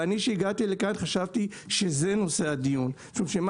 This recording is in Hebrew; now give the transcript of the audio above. ואני שהגעתי לכאן חשבתי שזה נושא הדיון שמה